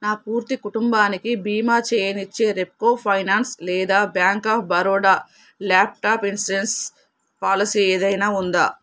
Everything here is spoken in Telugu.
నా పూర్తి కుటుంబానికి బీమా చేయనిచ్చే రెప్కో ఫైనాన్స్ లేదా bank of Baroda laptop insurance policy ఏదైనా ఉందా